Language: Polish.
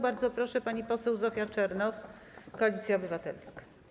Bardzo proszę, pani poseł Zofia Czernow, Koalicja Obywatelska.